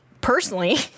personally